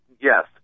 Yes